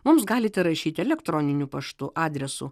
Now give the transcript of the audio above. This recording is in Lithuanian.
mums galite rašyti elektroniniu paštu adresu